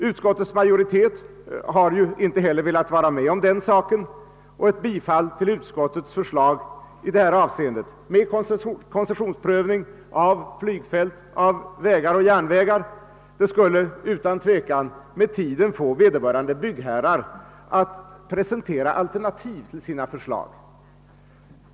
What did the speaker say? Utskottets majoritet har inte heller velat vara med om den saken, och ett bifall till utskottets förslag i detta avseende, med koncessionsprövning av flygfält, vägar och järnvägar, skulle utan tvekan med tiden få vederbörande byggherrar att presentera alternativ till sina förslag.